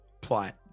plot